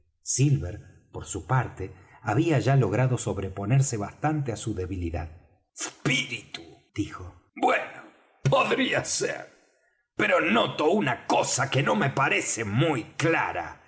silver por su parte había ya logrado sobreponerse bastante á su debilidad spritu dijo bueno podría ser pero noto una cosa que no me parece muy clara